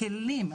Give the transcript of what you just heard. כלים,